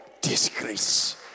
disgrace